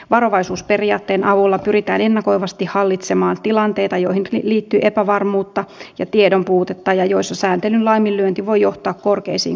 varovaisuusperiaatteen avulla pyritään ennakoivasti hallitsemaan tilanteita joihin liittyy epävarmuutta ja tiedon puutetta ja joissa sääntelyn laiminlyönti voi johtaa korkeisiin kustannuksiin